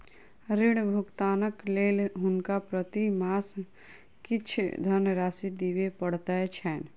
ऋण भुगतानक लेल हुनका प्रति मास किछ धनराशि दिअ पड़ैत छैन